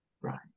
Right